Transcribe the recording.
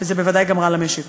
וזה בוודאי רע גם למשק.